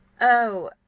Oh